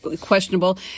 questionable